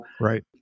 right